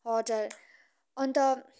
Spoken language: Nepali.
हजुर अन्त